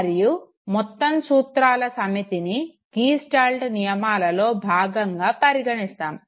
మరియు మొత్తం సూత్రాల సమితిని గీస్టాల్ట్ నియమాలలో భాగంగా పరిగణిస్తాము